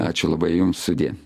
ačiū labai jums sudie